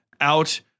out